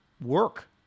work